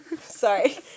Sorry